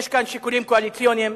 יש כאן שיקולים קואליציוניים,